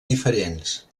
diferents